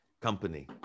company